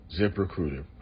ZipRecruiter